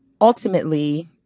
ultimately